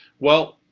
well,